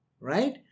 Right